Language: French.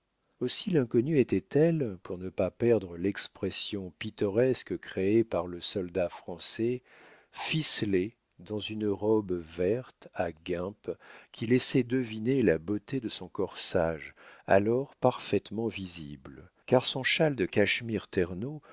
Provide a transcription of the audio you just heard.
aussi l'inconnue était-elle pour ne pas perdre l'expression pittoresque créée par le soldat français ficelée dans une robe verte à guimpe qui laissait deviner la beauté de son corsage alors parfaitement visible car son châle de cachemire